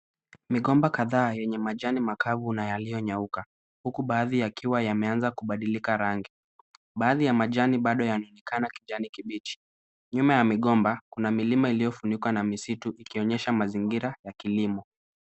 Migomba kadhaa yenye majani kavu ana yaliyo nyauka huku baadhi yakiwa yameanza kubadilika rangi. Baadhi ya majani bado yanaonekana kijani kibichi. Nyuma ya migomba Kuna milima iliyofunikwa na misitu ikionyesha mazingira ya kilimo.